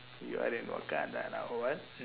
you are in wakandavaa what mm